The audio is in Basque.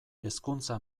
hezkuntza